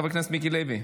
חבר הכנסת מיקי לוי.